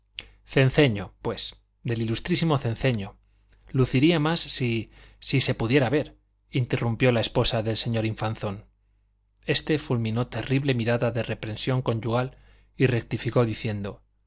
ilustre cenceño pues del ilustrísimo cenceño luciría más si si se pudiera ver interrumpió la esposa del señor infanzón este fulminó terrible mirada de reprensión conyugal y rectificó diciendo